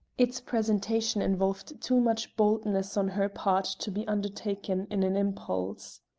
its presentation involved too much boldness on her part to be undertaken in an impulse.